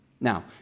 Now